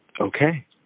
okay